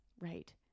right